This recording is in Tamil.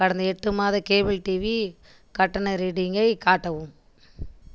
கடந்த எட்டு மாத கேபிள் டிவி கட்டண ரீடிங்கை காட்டவும்